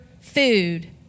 food